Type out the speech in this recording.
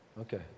okay